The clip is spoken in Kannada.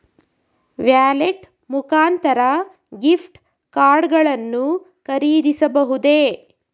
ವ್ಯಾಲೆಟ್ ಮುಖಾಂತರ ಗಿಫ್ಟ್ ಕಾರ್ಡ್ ಗಳನ್ನು ಖರೀದಿಸಬಹುದೇ?